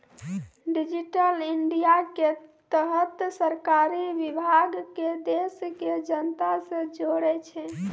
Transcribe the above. digital India के तहत सरकारी विभाग के देश के जनता से जोड़ै छै